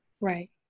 right